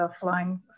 flying